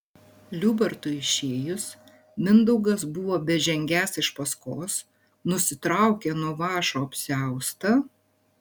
liubartui išėjus mindaugas buvo bežengiąs iš paskos nusitraukė nuo vąšo apsiaustą